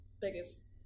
biggest